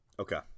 Okay